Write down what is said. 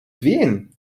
wen